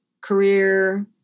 career